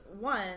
one